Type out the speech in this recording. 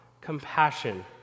compassion